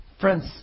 Friends